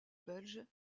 belges